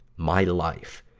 my life.